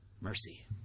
mercy